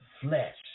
flesh